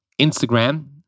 Instagram